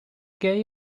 gay